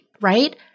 right